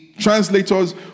translators